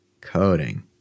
Coding